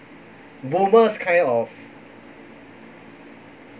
boomers kind of